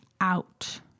out